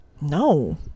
no